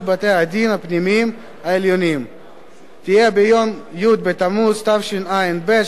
בתי-הדין הפנימיים העליונים תהיה ביום י' בתמוז תשע"ב,